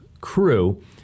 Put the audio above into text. crew